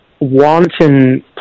wanton